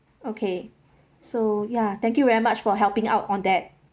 okay so ya thank you very much for helping out on that